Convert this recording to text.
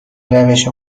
روش